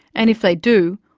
and if they do,